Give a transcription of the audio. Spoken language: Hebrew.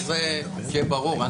שיהיה ברור,